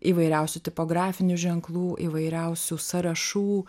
įvairiausių tipografinių ženklų įvairiausių sąrašų